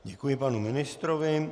Děkuji panu ministrovi.